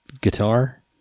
guitar